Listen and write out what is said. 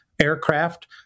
Aircraft